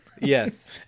yes